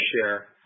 share